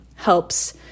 helps